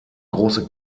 große